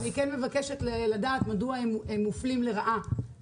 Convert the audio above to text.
אני מבקשת לדעת מדוע הם מופלים לרעה